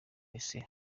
wese